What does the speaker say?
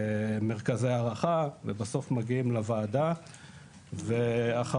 מרכזי הערכה ובסוף מגיעים לוועדה ואחרי